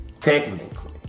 Technically